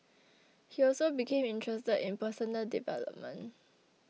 he also became interested in personal development